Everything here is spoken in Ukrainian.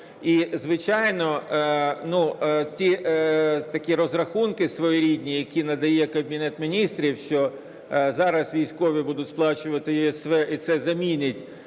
І, звичайно, ті такі розрахунки своєрідні, які надає Кабінет Міністрів, що зараз військові будуть сплачувати ЄСВ і це замінить